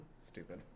Stupid